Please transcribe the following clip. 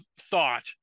thought